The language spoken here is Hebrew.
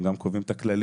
הם גם קובעים את הכללים,